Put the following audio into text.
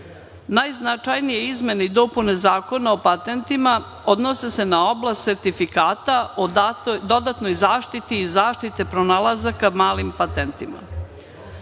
patentima. Najznačajnije izmene i dopune Zakona o patentima odnose se na oblast sertifikata o dodatnoj zaštiti i zaštite pronalazaka malim patentima. Ključne